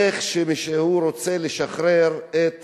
איך הוא רוצה לשחרר את